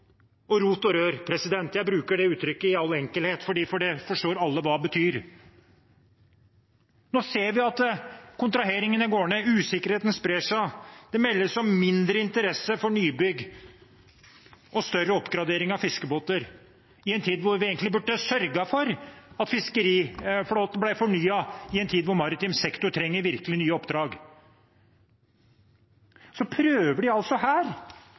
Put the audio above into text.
og rot og rør. Jeg bruker det uttrykket i all enkelhet, for det forstår alle hva betyr. Nå ser vi at kontraheringene går ned, usikkerheten sprer seg. Det meldes om mindre interesse for nybygg og større oppgraderinger av fiskebåter i en tid da vi egentlig burde sørget for at fiskeriflåten ble fornyet, i en tid da maritim sektor virkelig trenger nye oppdrag. Så prøver de her